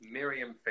Miriam